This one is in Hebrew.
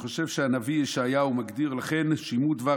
אני חושב שהנביא ישעיהו מגדיר: "לכן שמעו דבר